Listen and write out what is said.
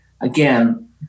again